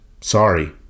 Sorry